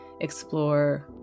explore